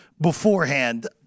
beforehand